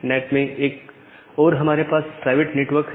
NAT में एक ओर हमारे पास प्राइवेट नेटवर्क है